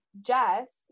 Jess